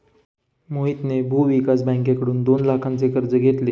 मोहितने भूविकास बँकेकडून दोन लाखांचे कर्ज घेतले